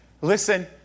listen